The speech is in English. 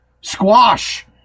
squash